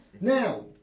Now